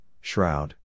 shroud